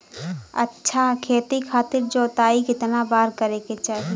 अच्छा खेती खातिर जोताई कितना बार करे के चाही?